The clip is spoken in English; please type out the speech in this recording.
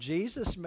Jesus